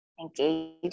Engage